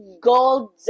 Gold